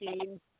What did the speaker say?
team